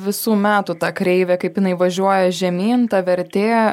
visų metų ta kreivė kaip jinai važiuoja žemyn vertė